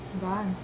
God